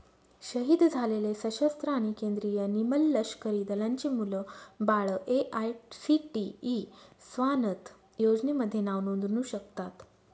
शहीद झालेले सशस्त्र आणि केंद्रीय निमलष्करी दलांचे मुलं बाळं ए.आय.सी.टी.ई स्वानथ योजनेमध्ये नाव नोंदवू शकतात